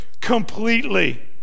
completely